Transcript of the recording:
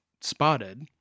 spotted